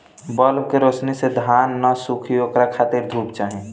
bulb के रौशनी से धान न सुखी ओकरा खातिर धूप चाही